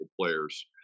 players